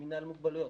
מינהל מוגבלויות.